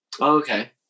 Okay